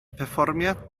perfformiad